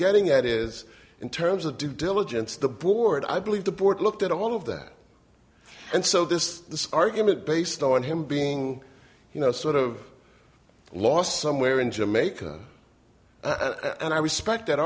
getting at is in terms of due diligence the board i believe the board looked at all of that and so this argument based on him being you know sort of lost somewhere in jamaica and i respect that